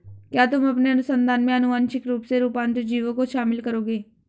क्या तुम अपने अनुसंधान में आनुवांशिक रूप से रूपांतरित जीवों को शामिल करोगे?